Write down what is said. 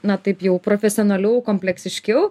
na taip jau profesionaliau kompleksiškiau